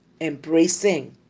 embracing